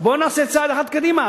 בואו נעשה צעד אחד קדימה.